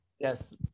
Yes